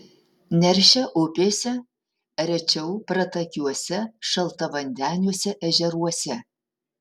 neršia upėse rečiau pratakiuose šaltavandeniuose ežeruose